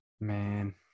Man